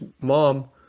mom